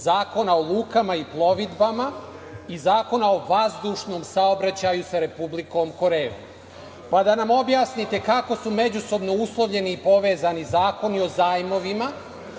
Zakona o lukama i plovidbama i Zakona o vazdušnom saobraćaju sa Republikom Korejom? Da nam objasnite kako su međusobno uslovljeni i povezani zakoni o zajmovima,